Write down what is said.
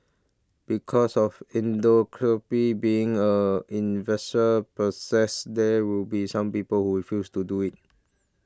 because of indoor copy being a possess there will be some people who refuse to do it